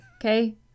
okay